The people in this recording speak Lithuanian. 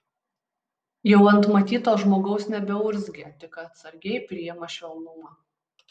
jau ant matyto žmogaus nebeurzgia tik atsargiai priima švelnumą